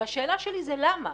והשאלה שלי היא: למה?